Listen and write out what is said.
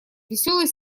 веселый